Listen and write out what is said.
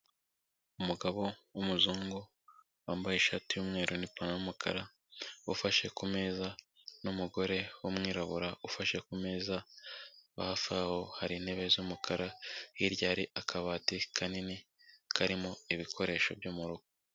Umugabo w'umuzungu wambaye ishati y'umweru n'ipantaro y'umukara, ufashe kumeza n'umugore w'umwirabura ufashe kumeza, hafi aho hari intebe z'umukara, hirya hari akabati kanini karimo ibikoresho byo mu rugo.